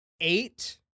eight